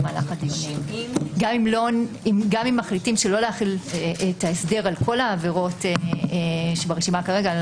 אם מחליטים לא להחיל את ההסדר על כל העבירות שברשימה כרגע,